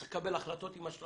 הוא צריך לקבל החלטות עם השלכות